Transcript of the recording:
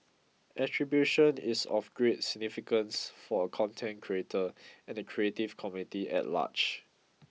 attribution is of great significance for a content creator and the creative community at large